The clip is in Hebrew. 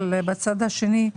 אבל בצד השני,